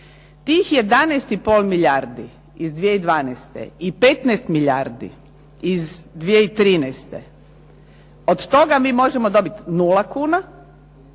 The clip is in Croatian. Tih 11,5 milijardi iz 2012. i 15 milijardi 2013. od toga mi možemo dobiti 0 kuna